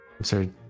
sorry